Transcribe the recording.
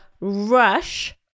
rush